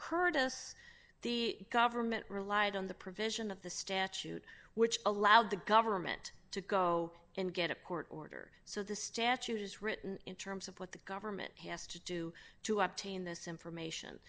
us the government relied on the provision of the statute which allowed the government to go and get a court order so the statute is written in terms of what the government has to do to upton this information